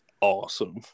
Awesome